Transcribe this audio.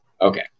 okay